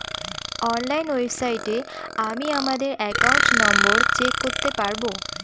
online ওয়েবসাইটে আমি আমাদের একাউন্ট নম্বর চেক করতে পারবো